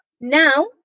Now